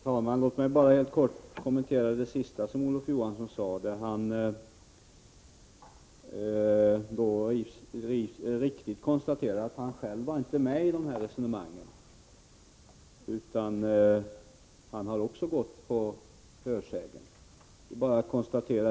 Herr talman! Låt mig bara kort kommentera det sista som Olof Johansson sade. Han konstaterade helt riktigt att han själv inte var med i de här resonemangen. Han har alltså stött sig på hörsägen.